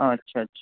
আচ্ছা আচ্ছা